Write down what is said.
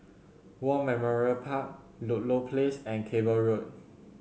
War Memorial Park Ludlow Place and Cable Road